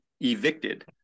evicted